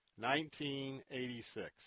1986